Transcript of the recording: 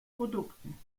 produkten